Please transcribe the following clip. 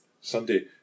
Sunday